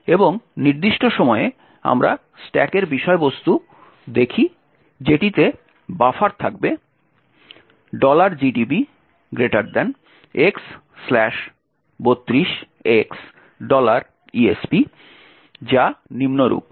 এবং এই নির্দিষ্ট সময়ে আমরা স্ট্যাকের বিষয়বস্তু দেখি যেটিতে বাফার থাকবে gdb x32x esp যা নিম্নরূপ